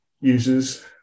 users